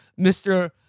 Mr